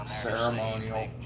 ceremonial